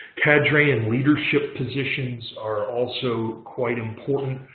cadre and leadership positions are also quite important.